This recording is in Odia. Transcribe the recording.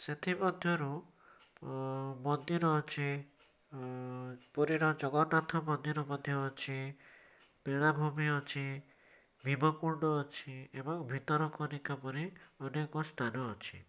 ସେଥିମଧ୍ୟରୁ ମନ୍ଦିର ଅଛି ପୁରୀ ର ଜଗନ୍ନାଥ ମନ୍ଦିର ମଧ୍ୟ ଅଛି ବେଳାଭୂମି ଅଛି ଭୀମକୁଣ୍ଡ ଅଛି ଏବଂ ଭିତରକନିକା ପରି ଅନେକ ସ୍ଥାନ ଅଛି